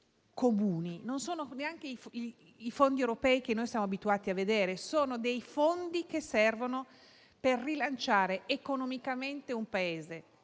comuni e non sono neanche i fondi europei che siamo abituati a vedere. Sono fondi che servono a rilanciare economicamente un Paese: